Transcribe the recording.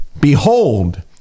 Behold